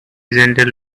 gentle